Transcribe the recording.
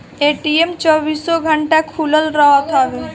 ATM चौबीसो घंटा खुलल रहत हवे